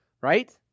right